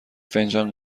فنجان